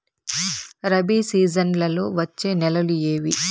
రబి సీజన్లలో వచ్చే నెలలు ఏవి?